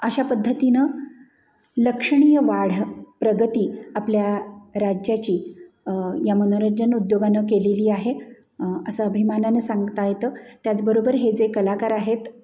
अशा पद्धतीनं लक्षणीय वाढ प्रगती आपल्या राज्याची या मनोरंजन उद्योगानं केलेली आहे असं अभिमानानं सांगता येतं त्याचबरोबर हे जे कलाकार आहेत